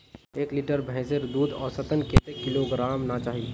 एक लीटर भैंसेर दूध औसतन कतेक किलोग्होराम ना चही?